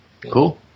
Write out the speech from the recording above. Cool